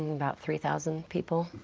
about three thousand people.